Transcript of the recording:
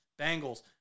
Bengals